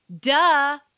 duh